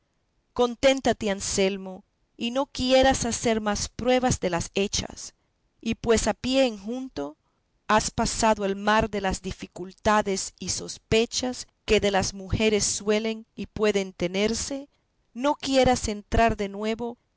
conténtate anselmo y no quieras hacer más pruebas de las hechas y pues a pie enjuto has pasado el mar de las dificultades y sospechas que de las mujeres suelen y pueden tenerse no quieras entrar de nuevo